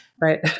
Right